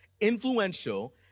influential